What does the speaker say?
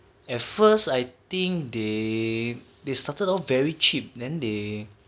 at first I think the they they started off very cheap then they